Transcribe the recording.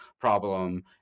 problem